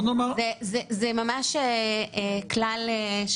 זה ממש כלל,